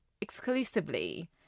exclusively